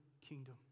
kingdom